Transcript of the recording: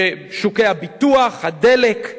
בשוקי הביטוח והדלק,